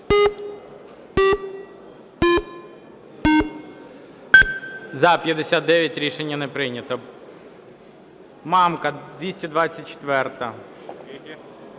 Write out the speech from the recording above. За-59 Рішення не прийнято. Мамка, 224-а.